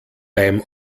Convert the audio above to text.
beim